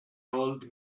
old